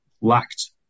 lacked